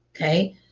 Okay